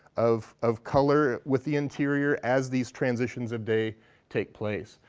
of of color with the interior as these transitions of day take place.